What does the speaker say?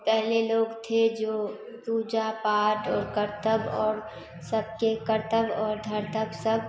पहले लोग थे जो पूजा पाठ और कर्तव्य और सबके कर्तव्य और धर्तव्य सब